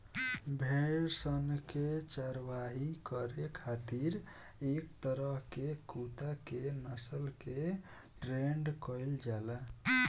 भेड़ सन के चारवाही करे खातिर एक तरह के कुत्ता के नस्ल के ट्रेन्ड कईल जाला